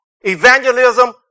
evangelism